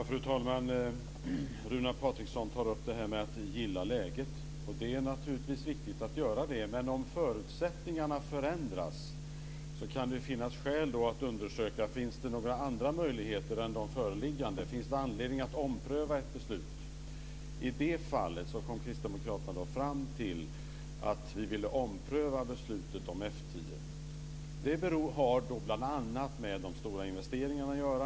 Fru talman! Runar Patriksson tar upp det här med att gilla läget, och det är naturligtvis viktigt att göra det. Men om förutsättningarna förändras kan det finnas skäl att undersöka om det finns några andra möjligheter än de föreliggande. Finns det anledning att ompröva ett beslut? I det fallet kom kristdemokraterna fram till att vi ville ompröva beslutet om F 10. Det har bl.a. med de stora investeringarna att göra.